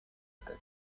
tête